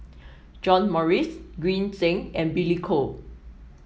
John Morrice Green Zeng and Billy Koh